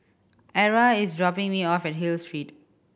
Ara is dropping me off at Hill Street